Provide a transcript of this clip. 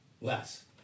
less